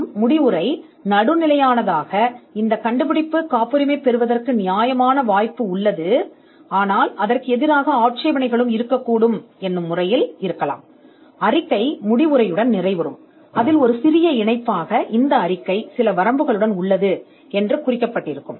இந்த முடிவுக்கு அது காப்புரிமை பெற ஒரு நியாயமான வாய்ப்பு உள்ளது என்று நடுநிலையாக இருக்கக்கூடும் ஆனால் அவை அதற்கான ஆட்சேபனைகளாகவும் இருக்கலாம் மேலும் இந்த அறிக்கையில் சில வரம்புகள் உள்ளன என்று சவாரி கூறியதன் மூலம் அறிக்கை முடிவடையும்